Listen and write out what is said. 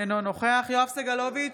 אינו נוכח יואב סגלוביץ'